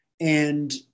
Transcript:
and-